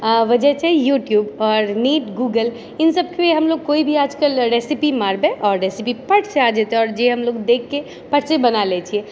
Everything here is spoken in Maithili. वजह छै यूट्यूब आओर नेट गूगल इन सब पे हमलोग कोइ भी आइकाल्हि रेसिपी मारबै आओर रेसिपी फट से आ जेतै आओर जे हमलोग देखके फट से बनाए लै छियै